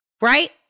Right